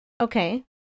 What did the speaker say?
Okay